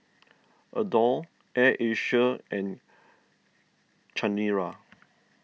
Adore Air Asia and Chanira